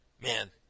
Man